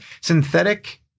synthetic